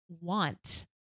want